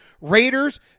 Raiders